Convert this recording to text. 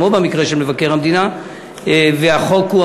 כפי שנימק חבר הכנסת יריב לוין בהצעת החוק הקודמת,